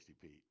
Pete